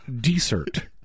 desert